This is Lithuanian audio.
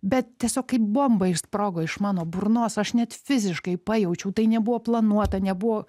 bet tiesiog kaip bomba ji sprogo iš mano burnos aš net fiziškai pajaučiau tai nebuvo planuota nebuvo